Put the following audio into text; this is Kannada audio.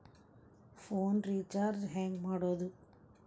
ಫೋನ್ ರಿಚಾರ್ಜ್ ಹೆಂಗೆ ಮಾಡೋದು?